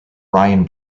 ryan